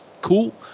Cool